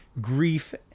grief